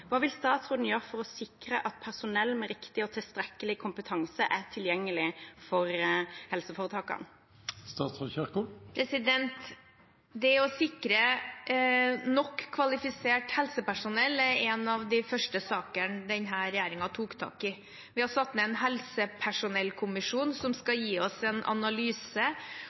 Hva vil statsråden gjøre for å sikre at personell med riktig og tilstrekkelig kompetanse er tilgjengelig for helseforetakene? Det å sikre nok kvalifisert helsepersonell er en av de første sakene denne regjeringen tok tak i. Vi har satt ned en helsepersonellkommisjon som skal gi oss en analyse